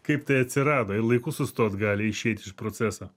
kaip tai atsirado ir laiku sustot gali išeit iš proceso